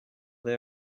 they